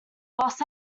boss